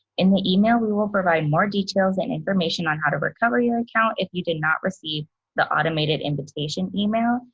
in the email we will provide more details and information on how to recover your account if you did not receive the automated invitation email,